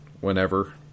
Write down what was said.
whenever